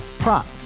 Prop